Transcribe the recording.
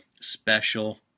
special